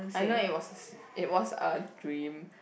I know it was s~ it was a dream